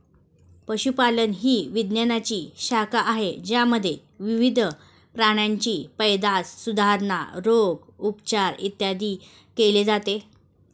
पशुपालन ही विज्ञानाची शाखा आहे ज्यामध्ये विविध प्राण्यांची पैदास, सुधारणा, रोग, उपचार, इत्यादी केले जाते